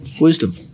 wisdom